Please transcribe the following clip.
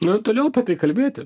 na toliau tai kalbėti